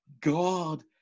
God